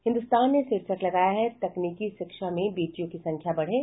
हिन्दुस्तान ने शीर्षक लगाया है तकनीकी शिक्षा में बेटियों की संख्या बढ़े